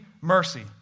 mercy